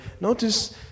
notice